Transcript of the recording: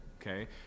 okay